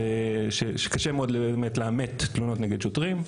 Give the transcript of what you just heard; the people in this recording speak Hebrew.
זה שקשה מאוד באמת לאמת תלונות נגד שוטרים,